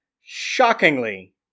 shockingly